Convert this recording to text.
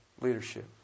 leadership